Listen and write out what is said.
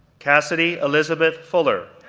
cassidy elizabeth fuller,